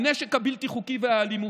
הנשק הבלתי-חוקי והאלימות,